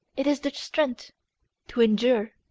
it is the strength to endure.